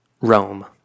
Rome